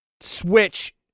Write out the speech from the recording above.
Switch